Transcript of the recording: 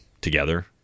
together